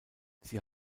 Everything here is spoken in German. sie